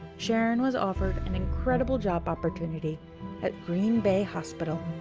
sharon was offered an incredible job opportunity at green bay hospital,